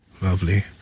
Lovely